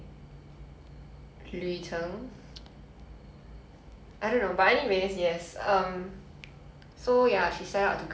so ya she set out to create her own book but she realized that in that time there was no such thing as paper